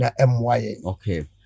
okay